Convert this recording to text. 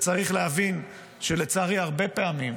צריך להבין שהרבה פעמים,